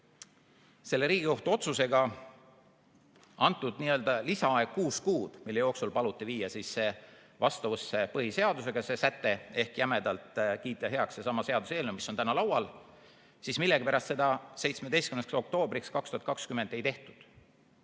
selle Riigikohtu otsusega anti n-ö lisaaeg kuus kuud, mille jooksul paluti viia see säte vastavusse põhiseadusega ehk jämedalt öeldes kiita heaks seesama seaduseelnõu, mis on täna laual, aga millegipärast seda 17. oktoobriks 2020 ei tehtud.